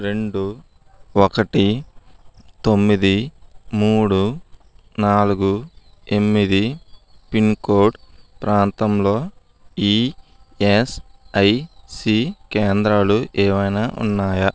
రెండు ఒకటి తొమ్మిది మూడు నాలుగు ఎనిమిది పిన్కోడ్ ప్రాంతంలో ఈఎస్ఐసీ కేంద్రాలు ఏవైనా ఉన్నాయా